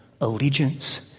allegiance